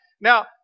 Now